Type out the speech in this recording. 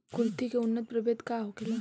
कुलथी के उन्नत प्रभेद का होखेला?